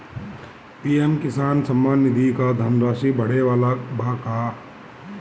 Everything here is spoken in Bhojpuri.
पी.एम किसान सम्मान निधि क धनराशि बढ़े वाला बा का?